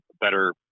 better